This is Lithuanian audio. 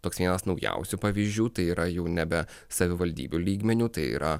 toks vienas naujausių pavyzdžių tai yra jau nebe savivaldybių lygmeniu tai yra